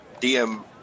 DM